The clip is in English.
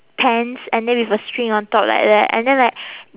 pants and then with a string on top like that and then like